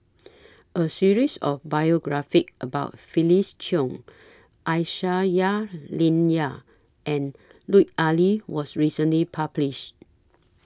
A series of biographies about Felix Cheong Aisyah Lyana and Lut Ali was recently published